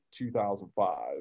2005